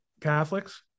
Catholics